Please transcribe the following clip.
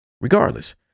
regardless